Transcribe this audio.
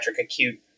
acute